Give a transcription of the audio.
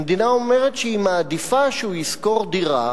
המדינה אומרת שהיא מעדיפה שהוא ישכור דירה